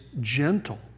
gentle